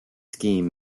scheme